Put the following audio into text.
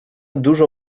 dużo